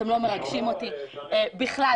אתם לא מרגשים אותי בכלל,